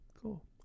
Cool